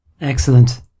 Excellent